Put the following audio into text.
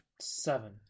Seven